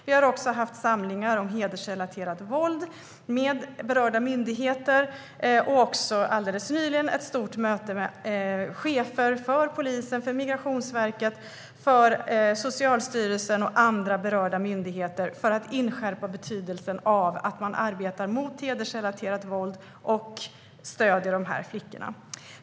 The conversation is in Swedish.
Vi har också haft samlingar om hedersrelaterat våld med berörda myndigheter och alldeles nyligen ett stort möte med chefer för polisen, Migrationsverket, Socialstyrelsen och andra berörda myndigheter för att inskärpa betydelsen av att arbeta mot hedersrelaterat våld och stödja de här flickorna.